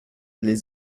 les